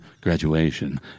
graduation